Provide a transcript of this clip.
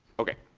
okay.